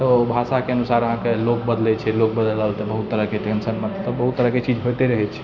तऽ भाषाके अनुसार अहाँके लोक बदलै छै लोक बदलल तऽ बहुत तरहके टेन्शन मतलब बहुत तरहके चीज होइते रहै छै